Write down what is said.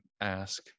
ask